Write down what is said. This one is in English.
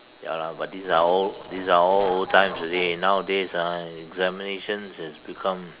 ya lah but these are all these are all old times already nowadays ah examinations has become